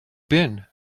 been